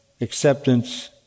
acceptance